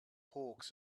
hawks